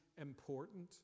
important